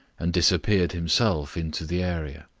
and disappeared himself into the area.